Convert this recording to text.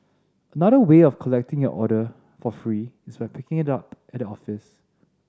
another way of collecting your order for free is by picking it up at the office